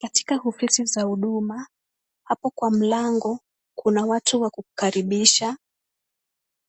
Katika ofisi za huduma hapo kwa mlango kuna watu wa kukukaribisha